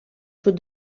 sud